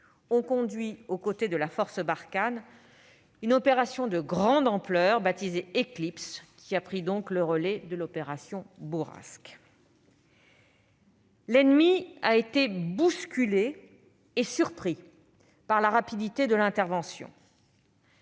ont conduit, au côté de la force Barkhane, une opération de grande ampleur baptisée Éclipse, qui a pris donc le relais de l'opération Bourrasque. L'ennemi a été bousculé et surpris par la rapidité de l'intervention.